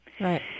Right